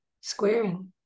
squaring